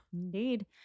Indeed